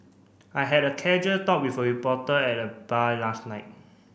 I had a casual talk with a reporter at the bar last night